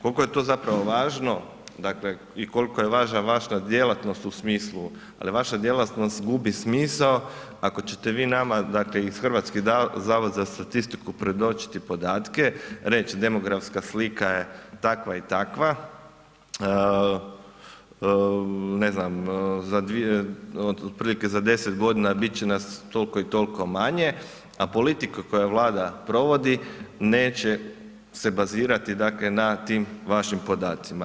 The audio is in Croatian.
Koliko je to zapravo važno, dakle i koliko je važna vaša djelatnost u smislu u smislu, ali vaša djelatnost gubi smisao ako ćete vi nama dakle i Hrvatski zavod za statistiku predočiti podatke, reć demografska slika je takva i takva, ne znam za dvije, otprilike za 10 godina bit će nas toliko i toliko manje, a politika koju vlada provodi neće se bazirati dakle na tim vašim podacima.